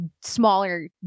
smaller